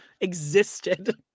existed